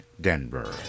Denver